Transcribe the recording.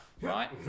right